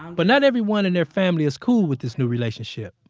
but not everyone in their family is cool with this new relationship.